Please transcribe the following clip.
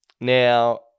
Now